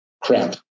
crap